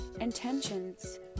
Intentions